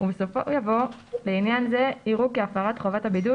ובסופו יבוא: "לעניין זה, יראו כהפרת חובת הבידוד